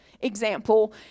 example